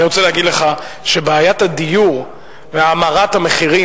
אני רוצה להגיד לך שבעיית הדיור והאמרת מחירי